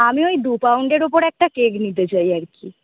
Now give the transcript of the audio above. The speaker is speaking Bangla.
আমি ওই দু পাউন্ডের উপর একটা কেক নিতে চাই আর কি